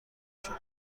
شدم